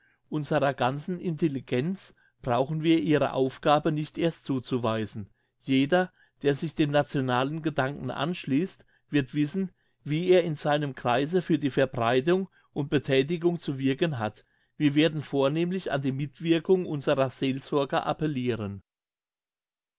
ganzen intelligenz brauchen wir ihre aufgabe nicht erst zuzuweisen jeder der sich dem nationalen gedanken anschliesst wird wissen wie er in seinem kreise für die verbreitung und bethätigung zu wirken hat wir werden vornehmlich an die mitwirkung unserer seelsorger appelliren